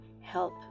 help